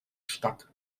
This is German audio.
statt